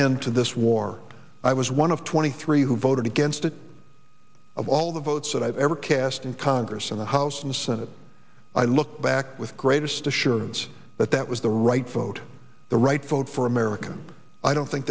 end to this war i was one of twenty three who voted against it of all the votes that i've ever cast in congress in the house and senate i look back with greatest assurance that that was the right vote the right vote for america i don't think